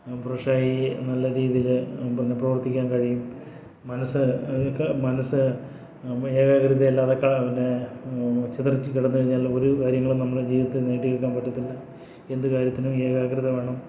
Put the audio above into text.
fresh ആയി നല്ല രീതിയിൽ പിന്നെ പ്രവർത്തിക്കാൻ കഴിയും മനസ്സ് അതിനൊക്കെ മനസ്സ് ഏകാഗ്രത അല്ലാതെ ഒക്കെ ഇങ്ങനെ ചിതറി കിടന്ന് കഴിഞ്ഞാൽ ഓരോ കാര്യങ്ങളും നമ്മുടെ ജീവിതത്തിൽ നിന്ന് നേടിയെടുക്കാൻ പറ്റില്ല എന്ത് കാര്യത്തിനും ഏകാഗ്രത വേണം